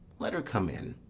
let her come in.